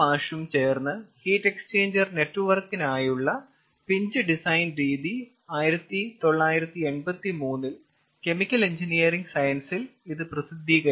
Linnhoff E Hindmarsh ചേർന്ന് heat exchanger നെറ്റ്വർക്കുകൾക്കുള്ള pinch design രീതി 1983 ൽ കെമിക്കൽ എഞ്ചിനീയറിംഗ് സയൻസിൽ ഇത് പ്രസിദ്ധീകരിച്ചു